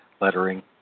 lettering